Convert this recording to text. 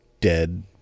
dead